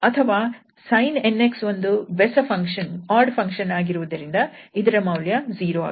ಅಥವಾ sin 𝑛𝑥 ಒಂದು ಬೆಸ ಫಂಕ್ಷನ್ ಆಗಿರುವುದರಿಂದ ಇದರ ಮೌಲ್ಯ 0 ಆಗುತ್ತದೆ